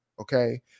okay